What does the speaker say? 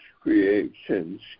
creations